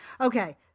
Okay